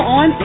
on